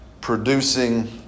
Producing